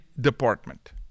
Department